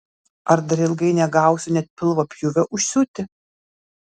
ar dar ilgai negausiu net pilvo pjūvio užsiūti